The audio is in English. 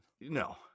No